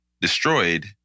destroyed